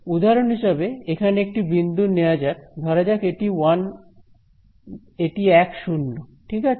উদাহরণ হিসেবে এখানে একটি বিন্দু নেয়া যাক ধরা যাক এটি 1 0 ঠিক আছে